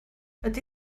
ydy